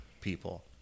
people